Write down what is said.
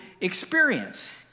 experience